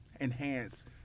enhance